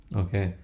okay